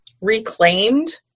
reclaimed